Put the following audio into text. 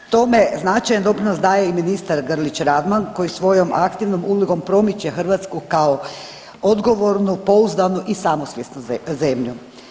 Tome značajan doprinos daje i ministar Grlić Radman koji svojom aktivnom ulogom promiče Hrvatsku kao odgovornu, pouzdanu i samosvjesnu zemlju.